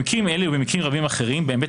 במקרים אלה ובמקרים רבים אחרים שבהם בית